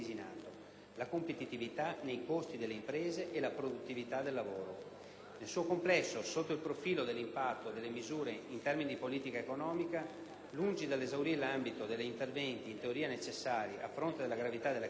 la competitività nei costi delle imprese e la produttività del lavoro. Nel suo complesso, sotto il profilo dell'impatto delle misure in termini di politica economica, lungi dall'esaurire l'ambito degli interventi in teoria necessari a fronte della gravità della crisi,